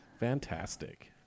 Fantastic